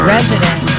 Resident